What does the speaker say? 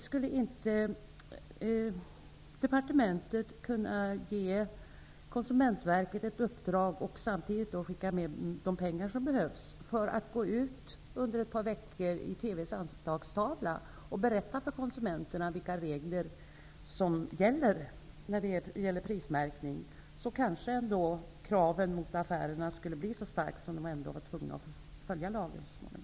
Skulle inte departementet kunna ge Konsumentverket i uppdrag, och samtidigt skicka med de pengar som behövs, att under ett par veckor på TV:s anslagstavla berätta för konsumenterna vilka regler som gäller för prismärkningen? Kraven mot affärerna skulle då kanske bli så kraftiga, att man skulle vara tvungen att följa lagen